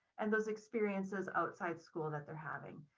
and those experiences outside school that they're having.